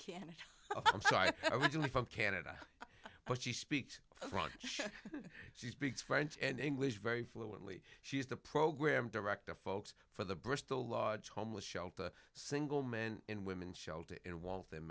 canada i'm sorry i want to live from canada but she speaks french she speaks french and english very fluently she is the program director folks for the bristol large homeless shelter single men and women shelter in waltham